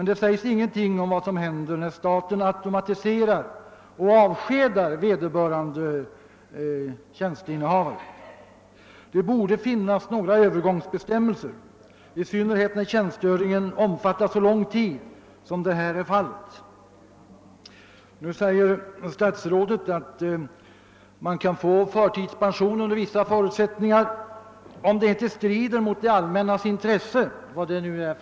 Det sägs ingenting om vad som händer när staten automatiserar och avskedar vederbörande tjänsteinnehavare. Det borde finnas några övergångsbestämmelser, i synnerhet när tjänstgöringen omfattar så lång tid som här är fallet. Nu säger statsrådet att man kan få förtidspension under vissa förutsättningar, om det inte strider mot det allmännas intresse — vad det nu är.